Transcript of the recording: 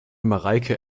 mareike